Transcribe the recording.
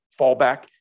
fallback